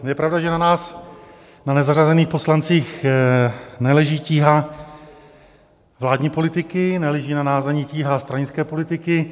Je pravda, že na nás, na nezařazených poslancích, neleží tíha vládní politiky, neleží na nás ani tíha stranické politiky.